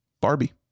barbie